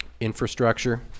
infrastructure